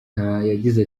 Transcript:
yagize